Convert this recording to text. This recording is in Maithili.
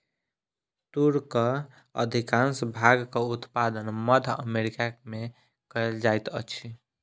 तूरक अधिकाँश भागक उत्पादन मध्य अमेरिका में कयल जाइत अछि